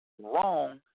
wrong